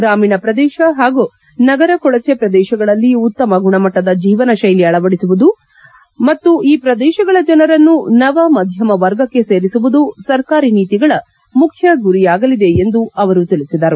ಗ್ರಾಮೀಣ ಪ್ರದೇಶ ಹಾಗೂ ನಗರ ಕೊಳಜೆ ಪ್ರದೇಶಗಳಲ್ಲಿ ಉತ್ತಮ ಗುಣಮಟ್ಟದ ಜೀವನಶೈಲಿ ಅಳವಡಿಸುವುದು ಮತ್ತು ಈ ಪ್ರದೇಶಗಳ ಜನರನ್ನು ನವ ಮಧ್ಯಮ ವರ್ಗಕ್ಕೆ ಸೇರಿಸುವುದು ಸರ್ಕಾರಿ ನೀತಿಗಳ ಮುಖ್ಯ ಗುರಿಯಾಗಲಿದೆ ಎಂದು ಅವರು ತಿಳಿಸಿದರು